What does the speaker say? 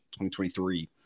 2023